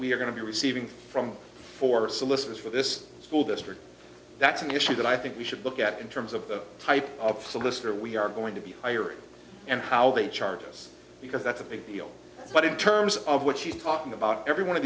we're going to be receiving from for solicitors for this school district that's an issue that i think we should look at in terms of the type of solicitor we are going to be and how they charge us because that's a big deal but in terms of what you're talking about every one of